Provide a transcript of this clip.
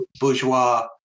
bourgeois